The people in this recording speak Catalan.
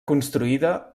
construïda